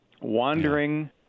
wandering